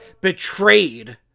betrayed